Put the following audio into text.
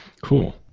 Cool